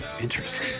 Interesting